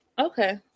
Okay